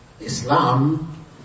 Islam